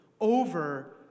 over